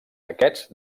aquests